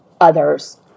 others